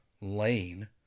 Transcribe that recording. lane